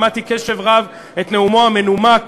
שמעתי קשב רב את נאומו המנומק